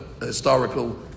historical